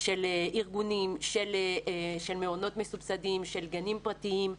של ארגונים, של מעונות מסובסדים, של גנים פרטיים,